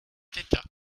d’état